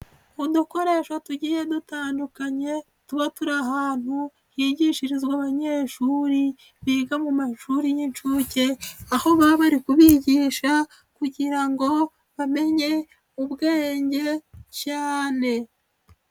Udukoresho tugiye dutandukanye tuba turi ahantu higishirizwa abanyeshuri biga mu mashuri y'inshuke, aho baba bari kubigisha kugira ngo bamenye ubwenge cyane.